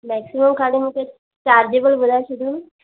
maximum खाली मूंखे chargeable ॿुधाए छॾियो न